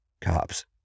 cops